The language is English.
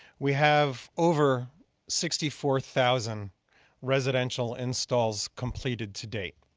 we have over sixty four thousand residential installs completed to date.